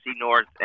North